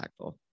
impactful